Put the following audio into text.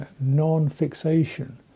non-fixation